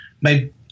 made –